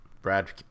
Brad